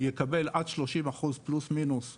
יקבל עד 30% פלוס מינוס מימן,